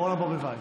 אורנה ברביבאי,